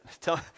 Tell